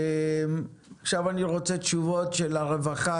עכשיו אני רוצה תשובות של הרווחה,